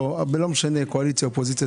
לא, ולא משנה אם מן הקואליציה או מן האופוזיציה.